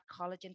collagen